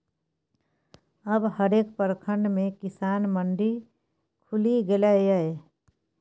अब हरेक प्रखंड मे किसान मंडी खुलि गेलै ये